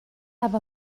have